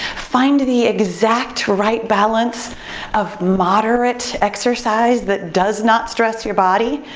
find the exact right balance of moderate exercise that does not stress your body.